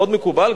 מאוד מקובל,